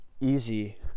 easy